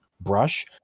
brush